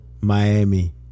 Miami